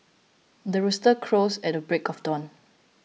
the rooster crows at the break of dawn